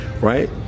right